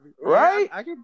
Right